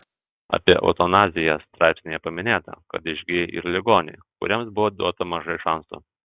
apie eutanaziją straipsnyje paminėta kad išgyja ir ligoniai kuriems buvo duota mažai šansų